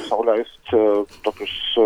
sau leisti tokius